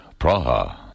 Praha